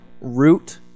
root